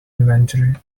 inventory